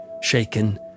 shaken